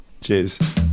Cheers